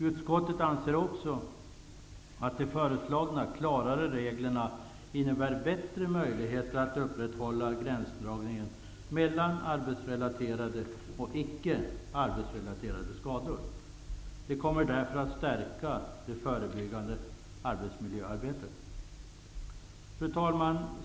Utskottet anser också att de föreslagna, klarare reglerna innebär bättre möjligheter att upprätthålla gränsdragningen mellan arbetsrelaterade och icke arbetsrelaterade skador. Reglerna kommer därför att stärka det förebyggande arbetsmiljöarbetet. Fru talman!